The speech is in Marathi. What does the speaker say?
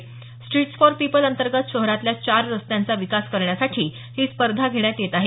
स्ट्रिटस् फॉर पिपलअंतर्गत शहरातल्या चार रस्त्यांचा विकास करण्यासाठी ही स्पर्धा घेण्यात येत आहे